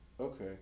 Okay